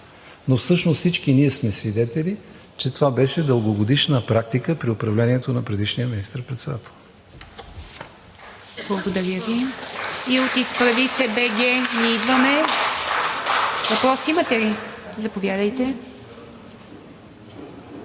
Но всъщност всички ние сме свидетели, че това беше дългогодишна практика при управлението на предишния министър-председател.